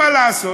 מה לעשות,